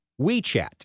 WeChat